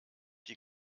die